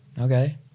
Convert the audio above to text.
Okay